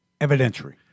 Evidentiary